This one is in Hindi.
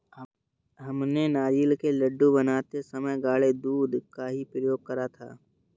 हमने नारियल के लड्डू बनाते समय गाढ़े दूध का ही प्रयोग करा था